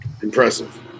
Impressive